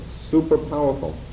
super-powerful